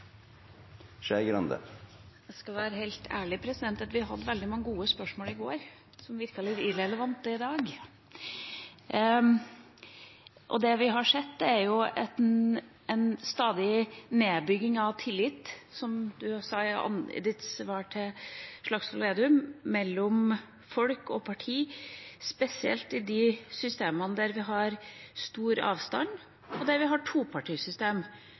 Skei Grande – til oppfølgingsspørsmål. Hvis jeg skal være ærlig, så hadde vi veldig mange gode spørsmål i går, som virker litt irrelevante i dag. Det vi har sett, er en stadig nedbygging av tillit, som du sa i ditt svar til Slagsvold Vedum, mellom folk og parti – spesielt i systemene med stor avstand og med et topartisystem, der man ikke har